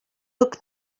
hook